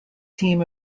team